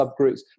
subgroups